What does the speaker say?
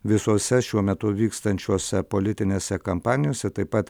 visose šiuo metu vykstančiuose politinėse kampanijose taip pat